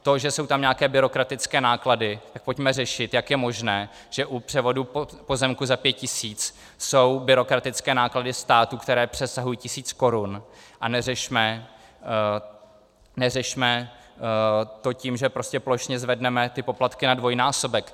To, že jsou tam nějaké byrokratické náklady, tak pojďme řešit, jak je možné, že u převodu pozemku za pět tisíc jsou byrokratické náklady státu, které přesahují tisíc korun, a neřešme to tím, že prostě plošně zvedneme ty poplatky na dvojnásobek.